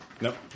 Nope